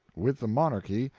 with the monarchy,